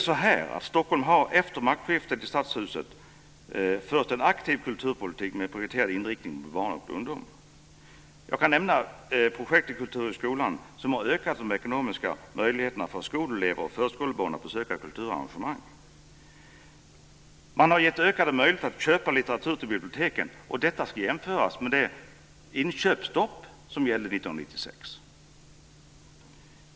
I Stockholm har man efter maktskiftet i stadshuset fört en aktiv kulturpolitik med en prioriterad inriktning på barn och ungdom. Jag kan nämna projektet Kultur i skolan som har ökat de ekonomiska möjligheterna för skolelever och förskolebarn att besöka kulturarrangemang. Man har gett ökade möjligheter när det gäller att köpa litteratur till biblioteken, och detta ska jämföras med det inköpsstopp som gällde 1996.